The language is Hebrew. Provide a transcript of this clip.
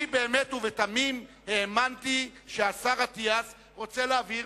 אני באמת ובתמים האמנתי שהשר אטיאס רוצה להבהיר,